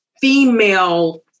female